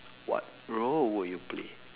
what role would you play